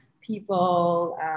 people